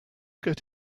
get